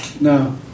No